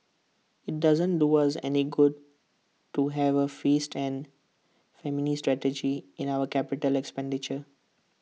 IT doesn't do us any good to have A feast and famine strategy in our capital expenditure